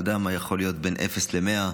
אתה יודע מה יכול להיות בין אפס ל-100,